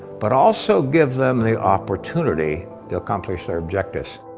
but also give them the opportunity to accomplish their objectives.